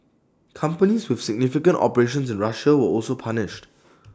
companies with significant operations in Russia were also punished